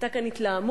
היתה כאן התלהמות,